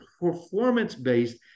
performance-based